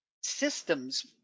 Systems